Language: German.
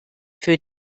für